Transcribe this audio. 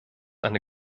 eine